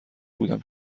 بودم